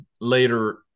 later